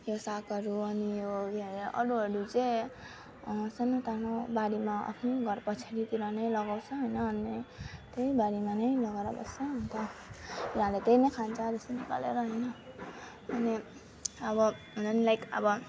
यो सागहरू अनि यो अरूहरू चाहिँ सानोतिनो बारीमा आफ्नै घर पछाडितिर नै लगाउँछ होइन अनि त्यही बारीमा नै लगाएर बस्छ अन्त लगाएर त्यही नै खान्छ जस्तो निकालेर होइन अनि अब लाइक अब